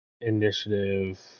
initiative